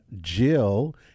Jill